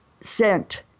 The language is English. sent